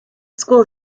school